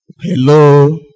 Hello